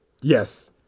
Yes